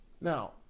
Now